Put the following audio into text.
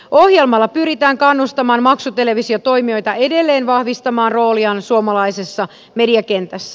ohjelmalla pyritään kannustamaan maksutelevisiotoimijoita edelleen vahvistamaan rooliaan suomalaisessa mediakentässä